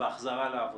בהחזרה לעבודה,